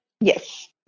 Yes